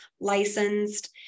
licensed